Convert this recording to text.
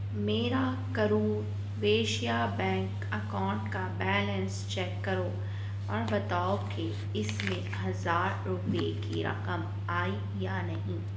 میرا Karur Vysya bank account کا balance check کرو اور بتاؤ کہ اس میں ہزار روپئے کی رقم آئی یا نہیں